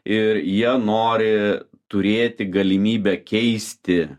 ir jie nori turėti galimybę keisti